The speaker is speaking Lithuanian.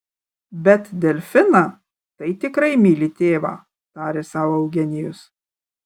bet delfiną tai tikrai myli tėvą tarė sau eugenijus